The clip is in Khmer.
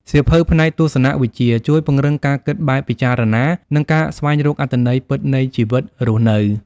សៀវភៅផ្នែកទស្សនវិជ្ជា ជួយពង្រឹងការគិតបែបពិចារណា និងការស្វែងរកអត្ថន័យពិតនៃជីវិតរស់នៅ។